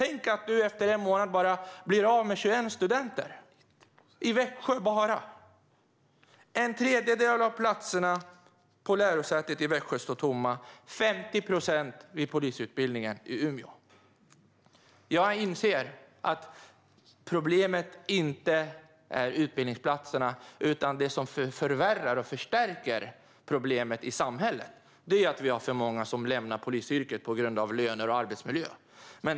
Tänk att man blir av med 21 studenter efter en månad bara i Växjö! En tredjedel av platserna på lärosätet i Växjö står tomma och 50 procent av platserna vid polisutbildningen i Umeå. Jag inser att problemet inte är utbildningsplatserna. Det som förvärrar och förstärker problemet i samhället är att det är för många som lämnar polisyrket på grund av löner och arbetsmiljö.